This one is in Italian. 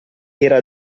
era